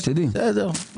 לא, שתדעי.